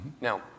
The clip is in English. Now